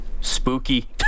Spooky